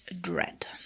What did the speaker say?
dread